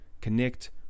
Connect